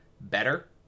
better